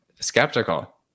skeptical